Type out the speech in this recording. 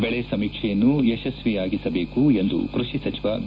ಬೆಳೆ ಸಮೀಕ್ಷೆಯನ್ನು ಯಶಸ್ವಿಯಾಗಿಸಬೇಕು ಎಂದು ಕೃಷಿ ಸಚಿವ ಬಿ